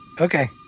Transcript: Okay